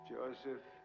Joseph